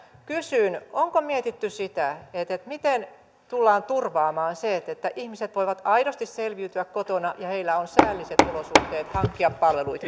kysyn onko mietitty sitä miten tullaan turvaamaan se että ihmiset voivat aidosti selviytyä kotona ja heillä on säälliset olosuhteet hankkia palveluita